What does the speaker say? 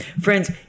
Friends